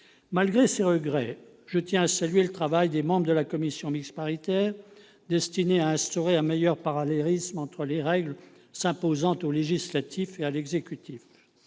Malgré ces regrets, je tiens à saluer le travail des membres de la commission mixte paritaire destiné à instaurer un meilleur parallélisme entre les règles s'imposant au législatif et à l'exécutif.